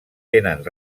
tenen